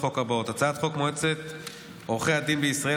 חוק מועצת עורכי הדין בישראל,